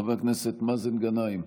חבר הכנסת מאזן גנאים,